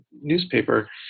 newspaper